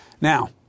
Now